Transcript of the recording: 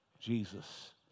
Jesus